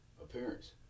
appearance